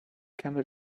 camel